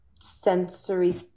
sensory